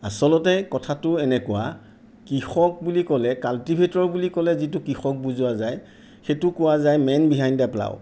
আচলতে কথাটো এনেকুৱা কৃষক বুলি ক'লে কাল্টিভেটৰ বুলি ক'লে যিটো কৃষক বুজোৱা যায় সেইটো কোৱা যায় মেন বিহাইণ্ড দ্য় প্লাও